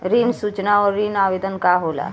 ऋण सूचना और ऋण आवेदन का होला?